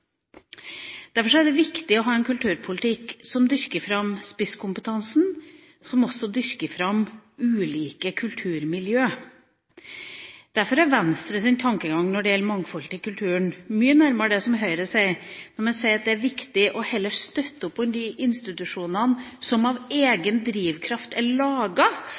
er det viktig å ha en kulturpolitikk som dyrker fram spisskompetansen, og som også dyrker fram ulike kulturmiljøer. Derfor er Venstres tankegang når det gjelder mangfold i kulturen, mye nærmere det som Høyre sier, når man sier at det er viktig heller å støtte opp om de institusjonene som av egen drivkraft er